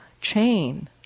chain